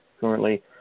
currently